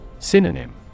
Synonym